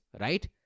right